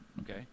Okay